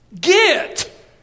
Get